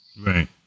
Right